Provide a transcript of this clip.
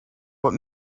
what